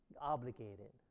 obligated